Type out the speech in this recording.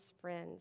friends